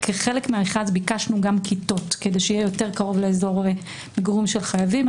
כחלק מהמכרז ביקשנו כיתות כדי שיהיה יותר קרוב לאזור מגורים של חייבים.